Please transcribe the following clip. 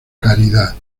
caridad